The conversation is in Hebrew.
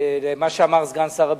מה שאמר סגן שר הביטחון,